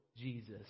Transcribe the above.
Jesus